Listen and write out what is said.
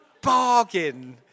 bargain